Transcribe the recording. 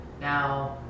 now